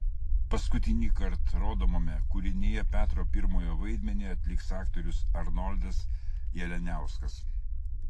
paskutinįkart rodomame kūrinyje petro pirmojo vaidmenį atliks aktorius arnoldas jalianiauskas